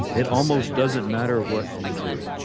it almost doesn't matter what you do.